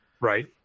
Right